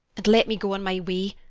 and let me go on my way,